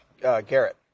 Garrett